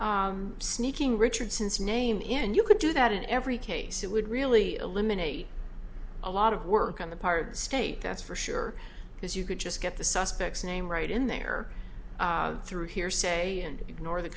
sneaking richardson's name in you could do that in every case it would really eliminate a lot of work on the part of the state that's for sure because you could just get the suspects name right in there through hearsay and ignore the